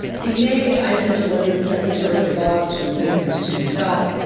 in may, i sent a letter to secretary devos with senators tim scott,